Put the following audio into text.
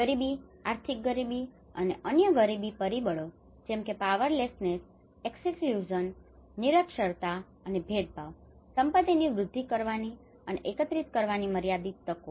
ગરીબી આર્થિક ગરીબી અને અન્ય ગરીબી પરિબળો જેમ કે પાવરલેસનેસpowerlessnessશક્તિહિનતા એક્સકલુઝનexclusionબાકાત રાખવું નિરક્ષરતા અને ભેદભાવ સંપત્તિની વૃદ્ધિ કરવાની અને એકત્રીત કરવાની મર્યાદિત તકો